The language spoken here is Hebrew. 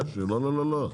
לא, לא, לא,